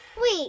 Wait